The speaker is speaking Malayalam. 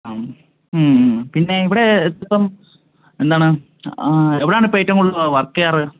ആ ഉം ഉം പിന്നെ ഇവിടെ ഇപ്പം എന്താണ് എവിടെയാണ് ഇപ്പം ഏറ്റവും കൂടുതൽ വർക്കെക്ക് ചെയ്യാറ്